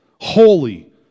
Holy